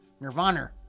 Nirvana